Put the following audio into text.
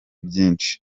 byinshi